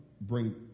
Bring